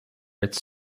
its